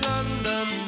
London